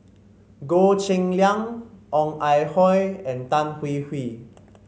Goh Cheng Liang Ong Ah Hoi and Tan Hwee Hwee